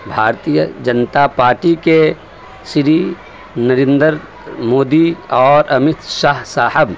بھارتیہ Janata Party کے شری نریندر مودی اور امت شاہ صاحب